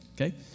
Okay